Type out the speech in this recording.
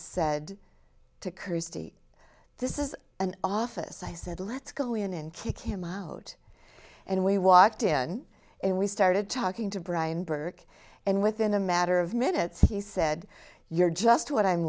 christie this is an office i said let's go in and kick him out and we walked in and we started talking to brian burke and within a matter of minutes he said you're just what i'm